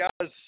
guys